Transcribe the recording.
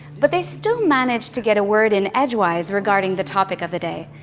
but, they still managed to get a word in edgewise regarding the topic of the day,